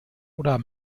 oder